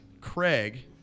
Craig